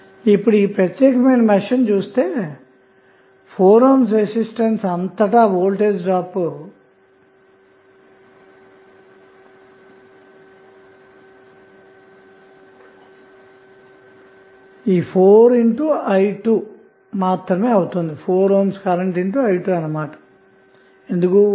ఇప్పుడు ఈ ప్రత్యేకమైన మెష్ను చూస్తే4 ohm రెసిస్టెన్స్ అంతటా వోల్టేజ్ డ్రాప్ 4i 2 మాత్రమే